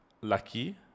lucky